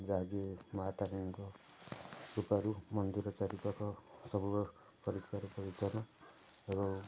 ଯାହାକି ମାଁ ତାରିଣୀଙ୍କ କୃପାରୁ ମନ୍ଦିର ଚାରିପାଖ ସବୁଆଡ଼ୁ ପରିଷ୍କାର ପରିଚ୍ଛନ୍ନ ଏବଂ